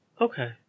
Okay